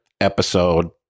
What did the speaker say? episode